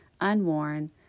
unworn